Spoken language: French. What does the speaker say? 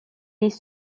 les